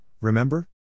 remember